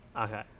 Okay